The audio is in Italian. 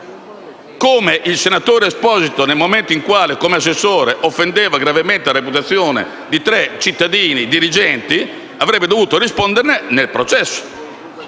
anche il senatore Stefano Esposito, nel momento in cui, come assessore, offendeva gravemente la reputazione di tre cittadini dirigenti avrebbe dovuto risponderne nel processo.